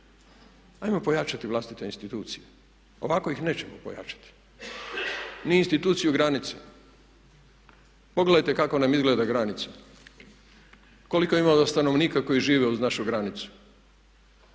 Hajmo pojačati vlastite institucije. Ovako ih nećemo pojačati, ni instituciju granice. Pogledajte kako nam izgleda granica, koliko ima stanovnika koji žive uz našu granicu